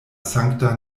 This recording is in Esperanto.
sankta